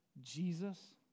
Jesus